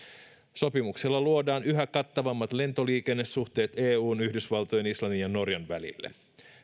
sopimuksilla luodaan yhä kattavammat lentoliikennesuhteet eun yhdysvaltojen islannin ja norjan välille